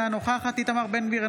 אינה נוכחת איתמר בן גביר,